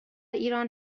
ایران